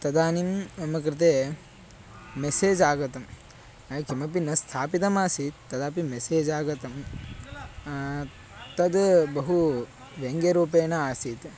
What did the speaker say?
तदानीं मम कृते मेसेज् आगतं किमपि न स्थापितमासीत् तदापि मेसेज् आगतं तद् बहु व्यङ्ग्यरूपेण आसीत्